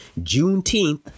Juneteenth